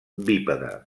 bípede